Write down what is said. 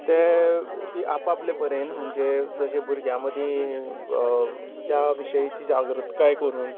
ते ती आपआपल्या परीन म्हणजे जशे भुरग्यां मदीं त्या विशयची जी जागृताय करून